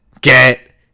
get